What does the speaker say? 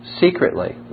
secretly